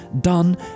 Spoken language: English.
done